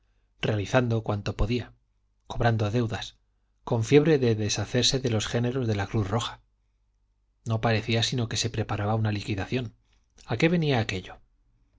realizando cuanto podía cobrando deudas con fiebre de deshacerse de los géneros de la cruz roja no parecía sino que se preparaba una liquidación a qué venía aquello